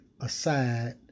aside